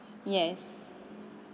yes